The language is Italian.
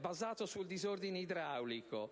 basato sul disordine idraulico,